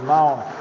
Mount